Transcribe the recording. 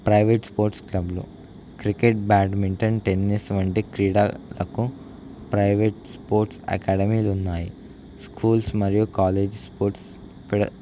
private sports క్లబ్లు cricket badminton tennis వంటి క్రీడలకు ప్రైవేట్ స్పోర్ట్స్ అకాడమీలు ఉన్నాయి స్కూల్స్ మరియు కాలేజీ స్పోర్ట్స్